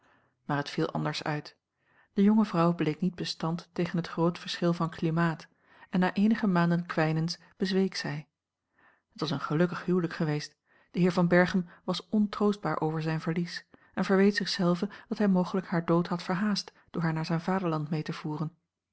maar het viel anders uit de jonge vrouw bleek niet bestand tegen het groot verschil van klimaat en na eenige maanden kwijnens bezweek zij het was een gelukkig huwelijk geweest de heer van berchem was ontroostbaar over zijn verlies en verweet zich zelven dat hij mogelijk haar dood had verhaast door haar naar zijn vaderland mee te voeren